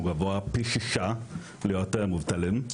הוא גבוה פי שישה להיות מובטלים.